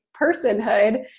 personhood